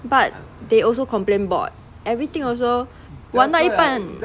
but they also complain bored everything also 玩到一半